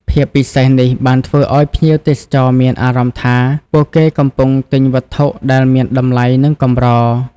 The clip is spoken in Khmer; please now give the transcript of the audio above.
ភាពពិសេសនេះបានធ្វើឲ្យភ្ញៀវទេសចរមានអារម្មណ៍ថា ពួកគេកំពុងទិញវត្ថុដែលមានតម្លៃ និងកម្រ។